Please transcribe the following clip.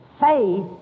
faith